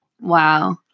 Wow